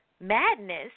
madness